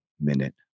minute